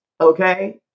Okay